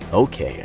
ok,